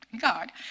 God